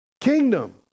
kingdom